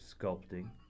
sculpting